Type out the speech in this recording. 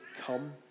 come